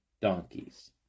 donkeys